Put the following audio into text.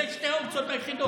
אלה שתי האופציות היחידות.